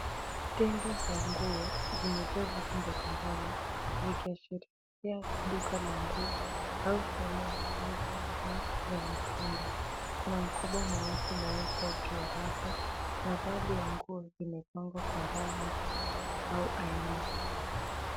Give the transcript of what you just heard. Stendi za nguo zimejaa vitu mbalimbali, zikiashiria duka la nguo au sehemu ya kuuza nguo za mitumba. Kuna mkoba mweusi umewekwa juu ya rafu na baadhi ya nguo zimepangwa kwa rangi au aina.